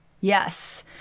Yes